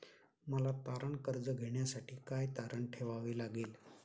मला तारण कर्ज घेण्यासाठी काय तारण ठेवावे लागेल?